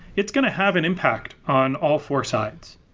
it's going to have an impact on all four sides.